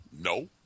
No